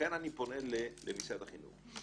לכן אני פונה למשרד החינוך.